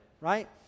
right